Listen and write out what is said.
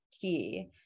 key